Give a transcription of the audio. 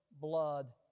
blood